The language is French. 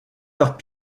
leurs